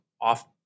off